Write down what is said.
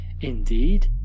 Indeed